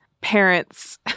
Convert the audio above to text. parents